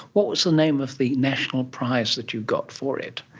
what was the name of the national prize that you got for it?